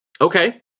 Okay